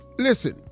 Listen